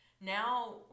Now